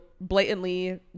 blatantly